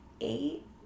eight